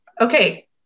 Okay